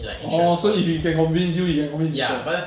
orh so if he can convince you he can convince people